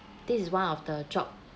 this is one of the job